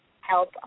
help